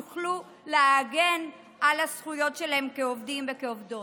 הם יוכלו להגן על הזכויות שלהם כעובדים וכעובדות.